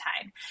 time